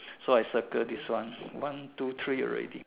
so I circle this one one two three already